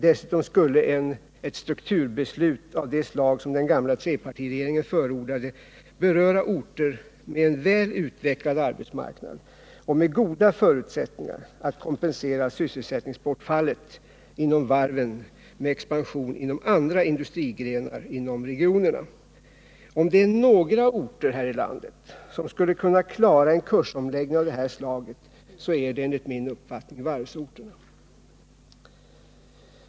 Dessutom skulle ett strukturbeslut av det slag som den gamla trepartiregeringen förordade beröra orter med en väl utvecklad arbetsmarknad och med goda förutsättningar att kompensera sysselsättningsbortfallet inom varven med expansion inom andra industrigrenar i regionerna. Om det är några orter som skulle kunna klara en kursomläggning av det här slaget, så är det varvsorterna.